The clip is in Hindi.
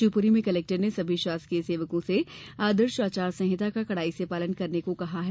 शिवपुरी में कलेक्टर ने सभी शासकीय सेवकों से आदर्श आचार संहिता का कड़ाई से पालन करने को कहा है